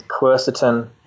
quercetin